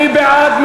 מי בעד?